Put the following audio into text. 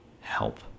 help